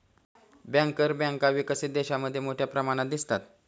banker बँका विकसित देशांमध्ये मोठ्या प्रमाणात दिसतात